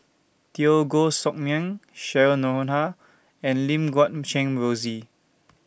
Teo Koh Sock Miang Cheryl Noronha and Lim Guat Kheng Rosie